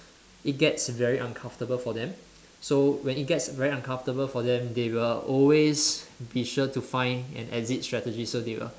it gets very uncomfortable for them so when it gets very uncomfortable for them they will always be sure to find an exit strategy so they will